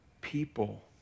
people